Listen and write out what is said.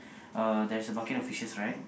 uh there's a bucket of fishes right